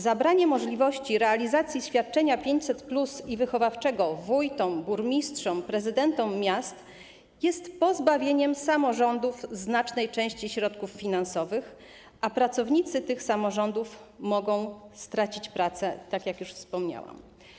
Zabranie możliwości realizacji świadczenia wychowawczego 500+ wójtom, burmistrzom, prezydentom miast jest pozbawieniem samorządów znacznej części środków finansowych, a pracownicy tych samorządów mogą stracić pracę, tak jak już wspomniałam.